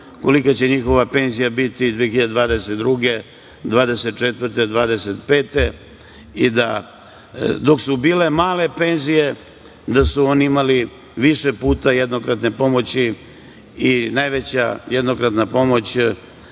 kolika će njihova penzija biti 2022, 2024, 2025. godine i da, dok su bile male penzije, da su oni imali više puta jednokratne pomoći i najveća jednokratna pomoć